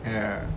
ya